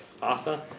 faster